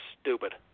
stupid